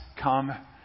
come